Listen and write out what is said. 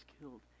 killed